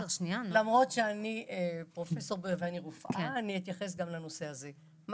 אף על פי שאני פרופ' ואני רופאה אני אתייחס גם לנושא הזה.